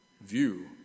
view